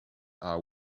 are